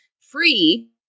free